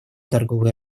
торговой